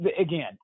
again